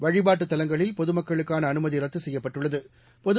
வழிபாட்டுத் தலங்களில் பொதுமக்களுக்கானஅனுமதிரத்துசெய்யப்பட்டுள்ளது